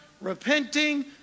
repenting